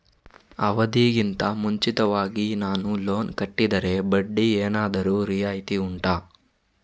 ಅವಧಿ ಗಿಂತ ಮುಂಚಿತವಾಗಿ ನಾನು ಲೋನ್ ಕಟ್ಟಿದರೆ ಬಡ್ಡಿ ಏನಾದರೂ ರಿಯಾಯಿತಿ ಉಂಟಾ